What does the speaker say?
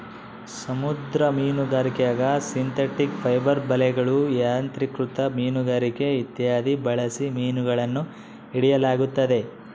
ಸಮುದ್ರ ಮೀನುಗಾರಿಕ್ಯಾಗ synthetic fibre ಬಲೆಗಳು, ಯಾಂತ್ರಿಕೃತ ಮೀನುಗಾರಿಕೆ ಇತ್ಯಾದಿ ಬಳಸಿ ಮೀನುಗಳನ್ನು ಹಿಡಿಯಲಾಗುತ್ತದೆ